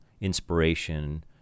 inspiration